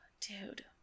dude